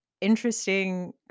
interesting